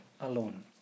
alone